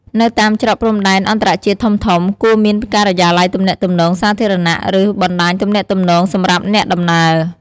នៅតាមច្រកព្រំដែនអន្តរជាតិធំៗ គួរមានការិយាល័យទំនាក់ទំនងសាធារណៈ ឬបណ្តាញទំនាក់ទំនងសម្រាប់អ្នកដំណើរ។